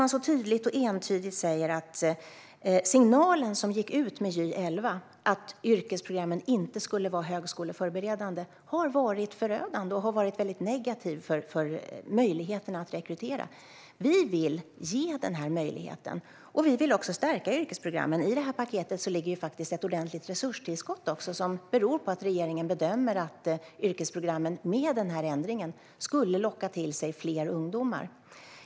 Man säger tydligt och entydigt att signalen som gick ut med Gy 2011, att yrkesprogrammen inte skulle vara högskoleförberedande, har varit förödande och väldigt negativ för möjligheterna att rekrytera. Vi vill ge den möjligheten. Vi vill också stärka yrkesprogrammen. I paketet ligger också ett ordentligt resurstillskott. Det beror på att regeringen bedömer att yrkesprogrammen med den här ändringen skulle locka till sig fler ungdomar.